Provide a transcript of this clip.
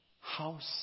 House